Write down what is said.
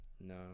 No